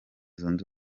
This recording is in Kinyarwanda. zunze